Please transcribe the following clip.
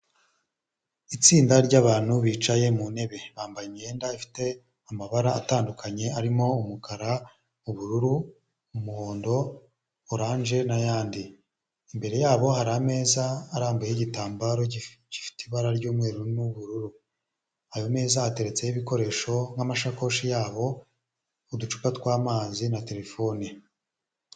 Itsinda ryabantu bicaye mu ntebe, bambaye imyenda ifite amabara atandukanye arimo umukara ubururu umuhondo oranje n'ayandi, imbere yabo hari ameza arambuyeho igitambaro gifite ibara ry'umweru n'ubururu, ayo meza ateretseho ibikoresho nk'amashakoshi yabo uducupa tw'amazi na terefone.